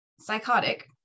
psychotic